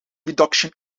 reduction